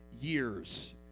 years